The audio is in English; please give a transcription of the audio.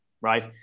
right